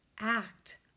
act